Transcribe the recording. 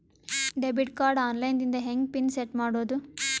Debit card online ದಿಂದ ಹೆಂಗ್ PIN set ಮಾಡೋದು?